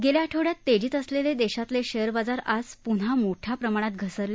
गेल्या आठवड़यात मोठ्या तेजीत असलेले देशातले शेअर बाजार आज पून्हा मोठ्या प्रमाणात घसरले